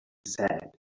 said